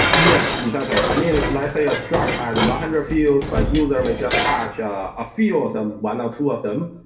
yes, exactly. i mean, let's say a strat has one hundred fields by user, may just touch ah a few of them, one or two of them.